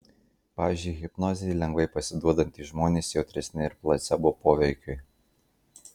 pavyzdžiui hipnozei lengvai pasiduodantys žmonės jautresni ir placebo poveikiui